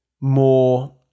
more